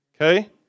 Okay